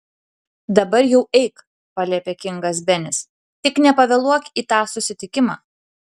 dabar jau eik paliepė kingas benis tik nepavėluok į tą susitikimą